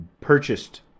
purchased